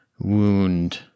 wound